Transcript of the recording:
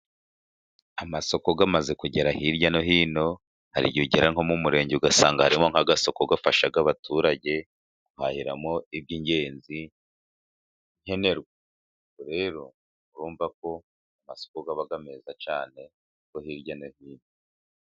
Amasoko amaze kugera hirya no hino, hari igihe ugera nko mu murenge ugasanga harimo nk'agasoko gafasha abaturage guhahiramo iby'ingenzi nkenerwa. Ubwo rero urumva ko amasoko aba meza cyane yo hirya no hino.